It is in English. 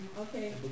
Okay